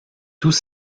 tous